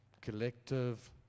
collective